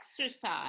exercise